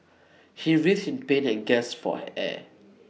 he writhed in pain and gasped for air